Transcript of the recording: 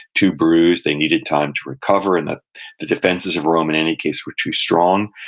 too bruised, they needed time to recover, and the the defenses of rome, in any case, were too strong.